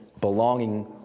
belonging